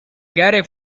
gare